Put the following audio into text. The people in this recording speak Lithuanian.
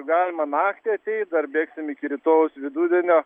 galima naktį ateit dar bėgsim iki rytojaus vidudienio